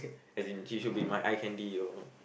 as in she should be my eye candy you know